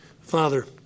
Father